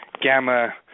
gamma